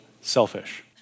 selfish